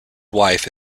wife